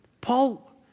Paul